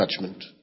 judgment